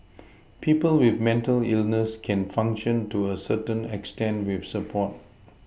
people with mental illness can function to a certain extent with support